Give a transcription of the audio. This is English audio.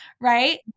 right